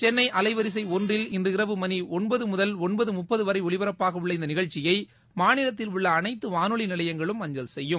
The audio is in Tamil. சென்னை அலைவரிசை ஒன்றில் இன்று இரவு மணி ஒன்பது முதல் ஒன்பது முப்பது வரை ஒலிபரப்பாகவுள்ள இந்த நிகழ்ச்சியை மாநிலத்தில் உள்ள அனைத்து வானொலி நிலையங்களும் அஞ்சல் செய்யும்